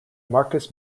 marcus